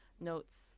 notes